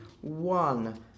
one